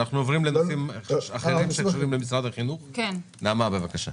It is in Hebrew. נעמה, בבקשה.